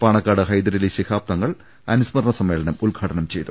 പാണക്കാട് ഹൈദരലി ശിഹാബ് തങ്ങൾ അനുസ്മരണ സമ്മേളനം ഉദ്ഘാടനം ചെയ്തു